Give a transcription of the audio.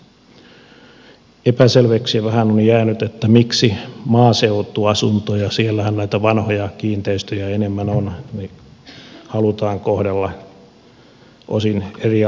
vähän epäselväksi on jäänyt miksi maaseutuasuntoja siellähän näitä vanhoja kiinteistöjä enemmän on halutaan kohdella osin eriarvoisesti